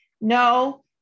no